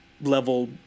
level